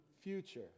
Future